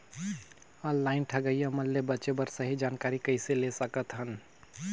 Online ठगईया मन ले बांचें बर सही जानकारी कइसे ले सकत हन?